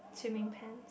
swimming pants